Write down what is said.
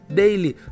daily